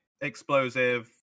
explosive